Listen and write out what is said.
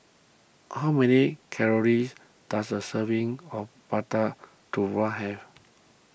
how many calories does a serving of Prata Telur have